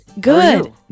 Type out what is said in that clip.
Good